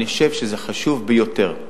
אני חושב שזה חשוב ביותר,